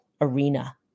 arena